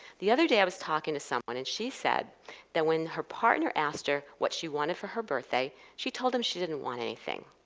the other day i was talking to someone, and she said that when her partner asked her what she wanted for her birthday, she told him she didn't want anything.